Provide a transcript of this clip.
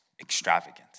extravagant